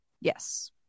Yes